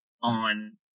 on